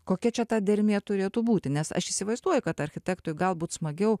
kokia čia ta dermė turėtų būti nes aš įsivaizduoju kad architektui galbūt smagiau